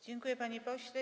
Dziękuję, panie pośle.